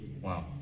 Wow